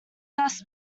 thus